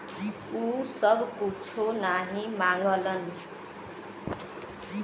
उ सब कुच्छो नाही माँगलन